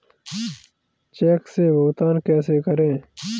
Check से भुगतान कैसे करें?